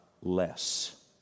less